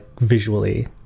visually